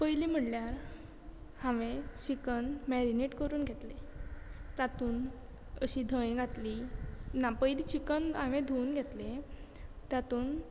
पयली म्हणल्यार हांवें चिकन मॅरिनेट करून घेतले तातूंत अशी धंय घातली ना पयली चिकन हांवें धुवन घेतले तातूंत